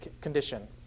condition